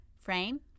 frame